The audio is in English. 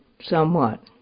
Somewhat